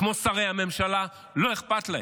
כמו שרי הממשלה, לא אכפת להם.